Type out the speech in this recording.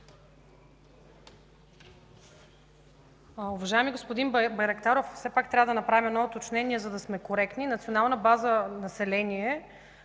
Уважаеми господин Байрактаров, все пак трябва да направим едно уточнение, за да сме коректни. Национална база „Население”